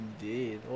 Indeed